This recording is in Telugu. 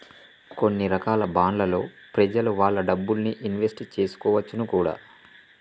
కొన్ని రకాల బాండ్లలో ప్రెజలు వాళ్ళ డబ్బుల్ని ఇన్వెస్ట్ చేసుకోవచ్చును కూడా